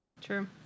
true